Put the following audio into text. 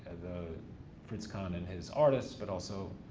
the fritz kahn and his artists but also